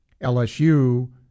LSU